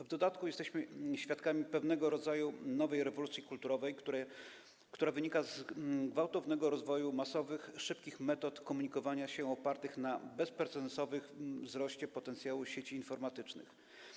W dodatku jesteśmy świadkami pewnego rodzaju nowej rewolucji kulturowej, która wynika z gwałtownego rozwoju masowych, szybkich metod komunikowania się, opartych na bezprecedensowym wzroście potencjału sieci informatycznych.